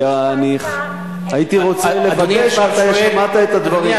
אני הייתי רוצה לוודא שאתה שמעת את הדברים.